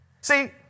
See